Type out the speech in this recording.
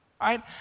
right